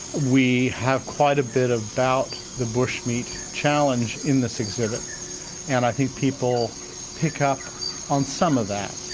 we have quite a bit about the bush meat challenge in this exhibit and i think people pick up on some of that.